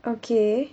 okay